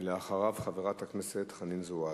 ואחריו, חברת הכנסת חנין זועבי.